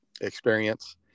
experience